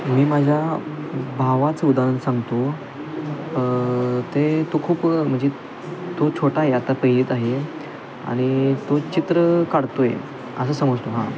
मी माझ्या भावाच उदाहरण सांगतो ते तो खूप म्हणजे तो छोटा आहे आता पहिलीत आहे आणि तो चित्र काढतो आहे असं समजतो हां